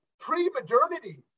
Pre-modernity